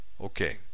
Okay